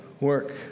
work